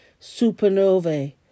supernovae